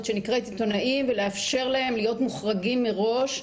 שנקראת עיתונאים ולאפשר להם להיות מוחרגים מראש.